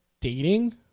dating